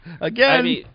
Again